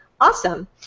awesome